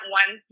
one